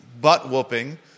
butt-whooping